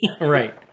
Right